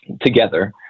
together